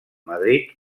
madrid